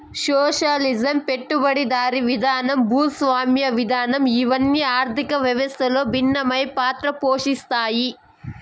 socialism పెట్టుబడిదారీ విధానం భూస్వామ్య విధానం ఇవన్ని ఆర్థిక వ్యవస్థలో భిన్నమైన పాత్ర పోషిత్తాయి